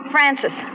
Francis